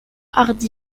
hardi